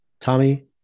Tommy